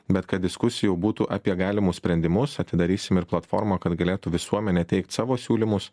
bet kad diskusijų būtų apie galimus sprendimus atidarysim ir platformą kad galėtų visuomenė teikt savo siūlymus